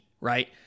right